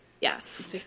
Yes